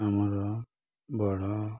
ଆମର ବଡ଼